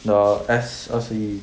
the S 二十一